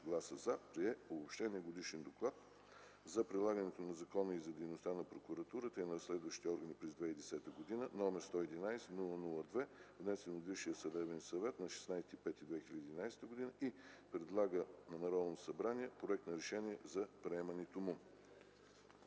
гласа „за”, прие Обобщения годишен доклад за прилагането на закона и за дейността на прокуратурата и на разследващите органи през 2010 г., № 111-00-2, внесен от Висшия съдебен съвет на 16 май 2011 г. Предлага на Народното събрание Проект на решение за приемането му: